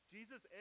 Jesus